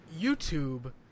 YouTube